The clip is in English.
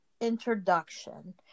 introduction